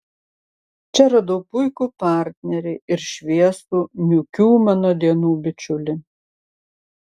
čia radau puikų partnerį ir šviesų niūkių mano dienų bičiulį